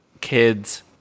kids